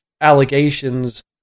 allegations